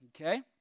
Okay